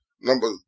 number